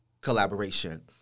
collaboration